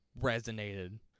resonated